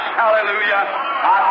hallelujah